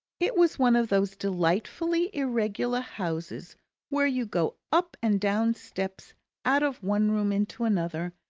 it was one of those delightfully irregular houses where you go up and down steps out of one room into another,